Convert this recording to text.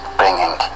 bringing